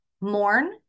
mourn